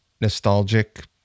nostalgic